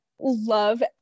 love